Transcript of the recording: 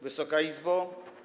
Wysoka Izbo!